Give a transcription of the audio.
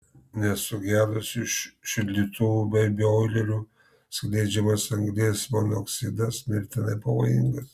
nes sugedusių šildytuvų bei boilerių skleidžiamas anglies monoksidas mirtinai pavojingas